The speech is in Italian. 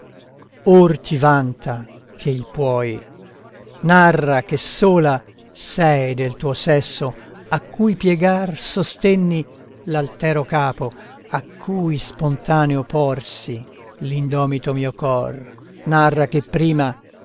ti vanta che il puoi narra che sola sei del tuo sesso a cui piegar sostenni l'altero capo a cui spontaneo porsi l'indomito mio cor narra che prima